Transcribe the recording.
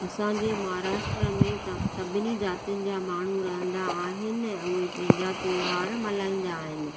असांजे महाराष्ट्रा में सभिनि ज़ातियुनि जा माण्हू रहंदा आहिनि उहे पंहिंजा तियौहार मल्हाईंदा आहिनि